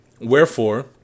Wherefore